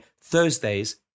Thursdays